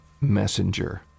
messenger